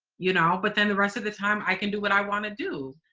you know. but then the rest of the time i can do what i want to do.